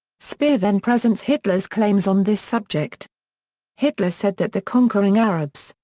speer then presents hitler's claims on this subject hitler said that the conquering arabs,